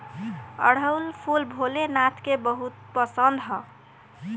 अढ़ऊल फूल भोले नाथ के बहुत पसंद ह